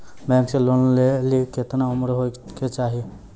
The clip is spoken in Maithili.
बैंक से लोन लेली केतना उम्र होय केचाही?